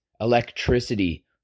electricity